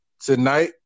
tonight